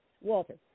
Walter